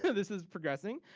yeah this is progressing.